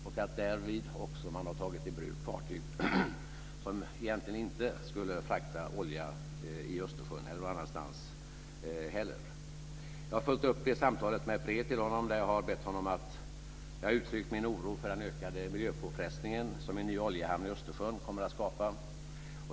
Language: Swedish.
Därvid har man också tagit fartyg i bruk som egentligen inte skulle frakta olja i Östersjön och inte heller någon annanstans. Jag har följt upp det samtalet med ett brev till honom där jag har uttryckt min oro för den ökade miljöpåfrestningen, som en ny oljehamn i Östersjön kommer att skapa.